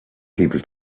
people